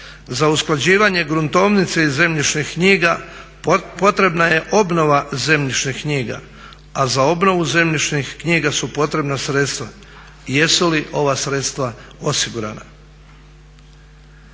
Za usklađivanje gruntovnice i zemljišnih knjiga potrebna je obnova zemljišnih knjiga, a za obnovu zemljišnih knjiga su potrebna sredstva. Jesu li ova sredstva osigurana?